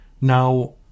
Now